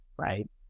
Right